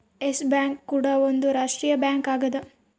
S Bank ಕೂಡ ಒಂದ್ ರಾಷ್ಟ್ರೀಯ ಬ್ಯಾಂಕ್ ಆಗ್ಯದ